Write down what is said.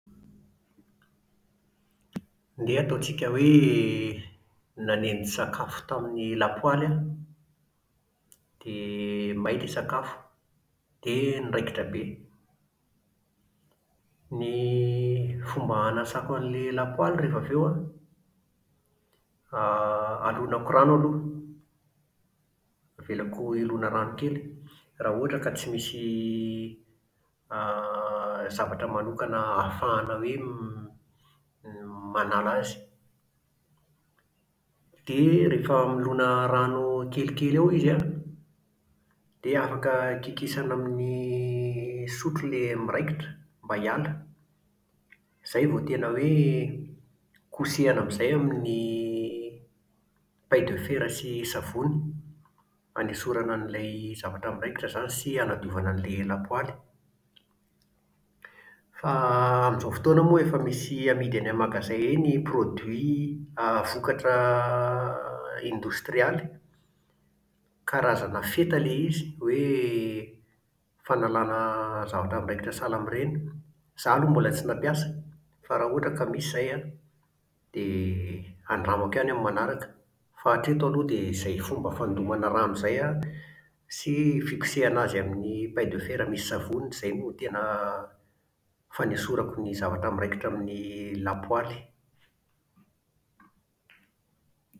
ndeha hataontsika hoe nanendy sakafo tamin'ny lapoaly aho, dia may ilay sakafo. Dia niraikitra be. Ny fomba hanasako an'ilay lapoaly rehefa avy eo an, a alonako rano aloha. Avelako hilona rano kely. Raha ohatra ka tsy misy a zavatra manokana hafa ahafahana hoe m-m-manala azy. Dia rehefa milona rano kelikely eo izy an, dia afaka kikisana amin'ny sotro ilay miraikitra mba hiala. Izay vao tena hoe kosehana amin'izay amin'ny paille de fer sy savony, hanesorana an'ilay zavatra miraikitra izany sy hanadiovana an'ilay lapoaly. Fa amin'izao fotoana moa efa misy amidy eny amin'ny magazay eny produits a vokatra indostrialy, karazana feta ilay izy, hoe fanalana zavatra miraikitra sahala amin'ireny. Izaho aloha mbola tsy nampiasa. Fa raha ohatra ka misy izay an, dia handramako ihany amin'ny manaraka. Fa hatreto aloha dia izay fomba fandomana rano izany an sy fikosehana azy amin'ny paille de fer misy savony, izany no tena fanesorako ny zavatra miraikitra amin'ny lapoaly